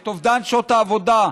את אובדן שעות העבודה,